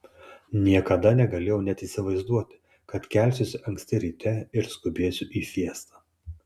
niekada negalėjau net įsivaizduoti kad kelsiuosi anksti ryte ir skubėsiu į fiestą